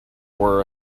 were